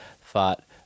fought